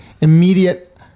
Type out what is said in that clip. immediate